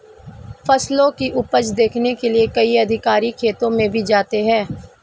फसलों की उपज देखने के लिए कई अधिकारी खेतों में भी जाते हैं